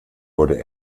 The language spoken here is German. wurde